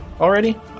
already